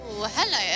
hello